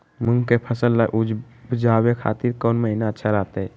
मूंग के फसल उवजावे खातिर कौन महीना अच्छा रहतय?